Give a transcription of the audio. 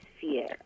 fear